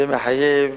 זה מחייב